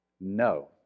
no